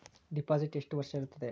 Deposit ಎಷ್ಟು ವರ್ಷ ಇರುತ್ತದೆ?